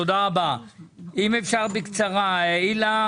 אם אפשר בקצרה, הילה